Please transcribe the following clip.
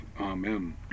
Amen